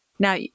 Now